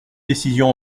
décision